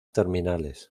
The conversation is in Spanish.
terminales